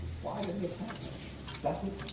why did it happen? it doesn't,